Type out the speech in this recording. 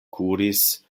kuris